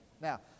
Now